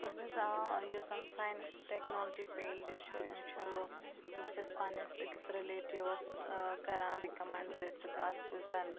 اہن حظ آ یُس زَن ساینس تہٕ ٹٮ۪کنالجی فیٖلڈٕ چھُ یِم چھِ بہٕ چھَس پَننِس أکِس رِلیٹِوَس کَران رِکَمنٛڈ زِ ژٕ گژھ یُس زَن